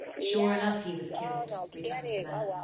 sure enough, he was killed returned the man.